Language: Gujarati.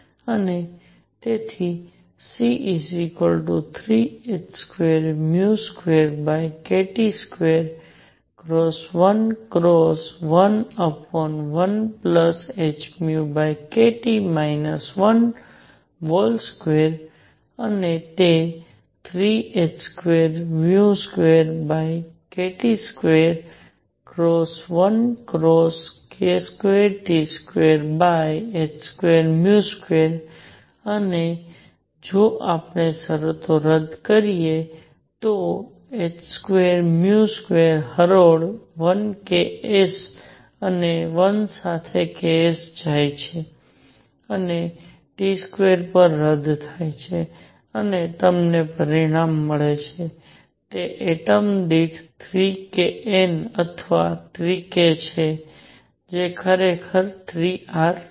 અને તેથી C3h22kT2×1×11hνkT 12 અને તે 3h22kT2×1×k2T2h22 અને જો આપણે શરતો રદ કરીએ તો h22 હરોળ 1 ks અહીં 1 સાથે ks જાય છે અને T2 પણ રદ થાય છે અને તમને પરિણામ મળે છે તે એટમ દીઠ 3kN અથવા 3 k છે જે ખરેખર 3 R છે